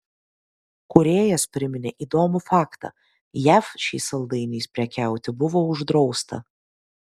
kūrėjas priminė įdomų faktą jav šiais saldainiais prekiauti buvo uždrausta